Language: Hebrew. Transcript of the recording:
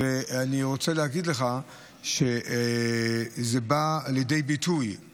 ואני רוצה להגיד לך שהנושא הזה שאתה מעלה בא לידי ביטוי,